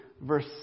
verse